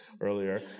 earlier